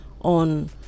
on